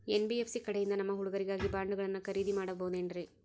NBFC ಕಡೆಯಿಂದ ನಮ್ಮ ಹುಡುಗರಿಗಾಗಿ ಬಾಂಡುಗಳನ್ನ ಖರೇದಿ ಮಾಡಬಹುದೇನ್ರಿ?